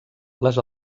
les